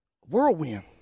whirlwind